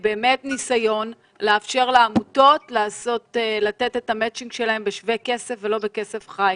ניסיון לאפשר לעמותות לתת את המצ'ינג שלהם בשווה כסף ולא בכסף חי.